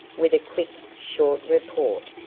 with a quick, short report,